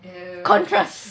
the contrast